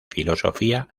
filosofía